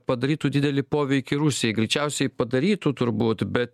padarytų didelį poveikį rusijai greičiausiai padarytų turbūt bet